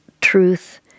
truth